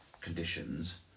conditions